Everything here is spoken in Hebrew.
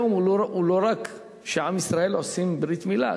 היום לא רק עם ישראל עושים ברית-מילה,